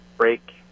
Break